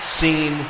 seen